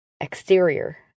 exterior